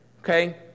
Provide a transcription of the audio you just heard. okay